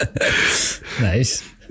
Nice